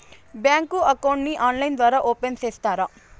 Bank account ని online ద్వారా open సేస్తారా?